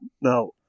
Now